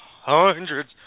hundreds